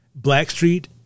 Blackstreet